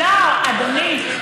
לא, אדוני.